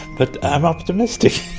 but i'm optimistic.